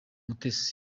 umutesi